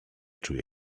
czuję